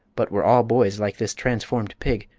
but were all boys like this transformed pig,